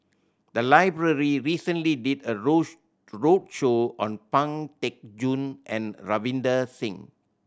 the library recently did a roadshow on Pang Teck Joon and Ravinder Singh